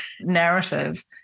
narrative